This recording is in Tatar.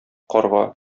карга